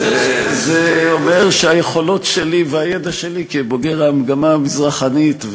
זה אומר שהיכולת שלי והידע שלי כבוגר המגמה המזרחנית,